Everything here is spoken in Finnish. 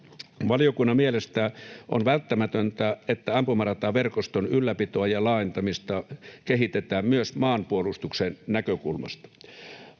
Valiokunnan mielestä on välttämätöntä, että ampumarataverkoston ylläpitoa ja laajentamista kehitetään myös maanpuolustuksen näkökulmasta.